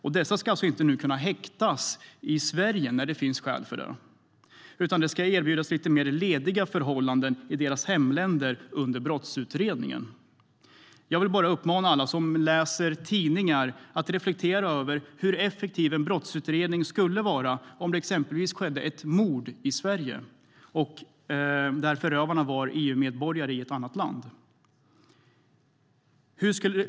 Och dessa ska nu alltså inte kunna häktas i Sverige när de finns skäl för det, utan de ska erbjudas lite mer lediga förhållanden i sina hemländer under brottsutredningen! Erkännande och uppföljning av beslut om övervaknings-åtgärder inom Europeiska unionen Jag vill bara uppmana alla som läser tidningar att reflektera över hur effektiv en brottsutredning skulle bli om exempelvis ett mord har skett i Sverige, där förövarna är EU-medborgare från ett annat land.